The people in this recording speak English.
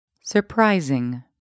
Surprising